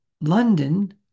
london